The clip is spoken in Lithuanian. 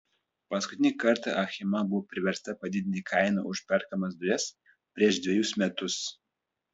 paskutinį kartą achema buvo priversta padidinti kainą už perkamas dujas prieš dvejus metus